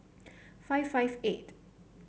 five five eight